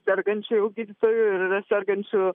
sergančiųjų gydytojų ir yra sergančių